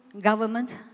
government